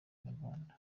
inyarwanda